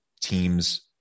teams